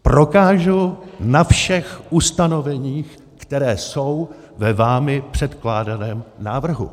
Prokážu na všech ustanoveních, která jsou ve vámi předkládaném návrhu.